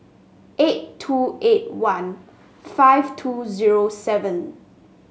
eight two eight one five two zero seven